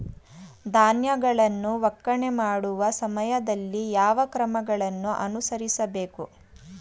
ಧಾನ್ಯಗಳನ್ನು ಒಕ್ಕಣೆ ಮಾಡುವ ಸಮಯದಲ್ಲಿ ಯಾವ ಕ್ರಮಗಳನ್ನು ಅನುಸರಿಸಬೇಕು?